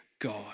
God